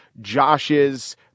Josh's